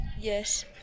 Yes